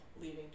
leaving